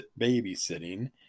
Babysitting